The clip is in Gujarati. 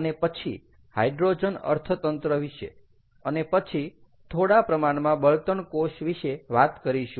અને પછી હાઈડ્રોજન અર્થતંત્ર વિશે અને પછી થોડા પ્રમાણમાં બળતણ કોષ વિશે વાત કરીશું